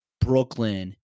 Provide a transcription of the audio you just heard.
Brooklyn